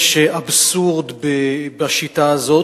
יש אבסורד בשיטה הזאת,